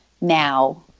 now